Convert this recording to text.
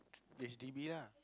H_D_B lah